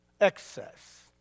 Excess